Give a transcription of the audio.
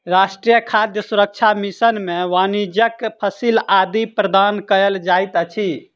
राष्ट्रीय खाद्य सुरक्षा मिशन में वाणिज्यक फसिल आदि प्रदान कयल जाइत अछि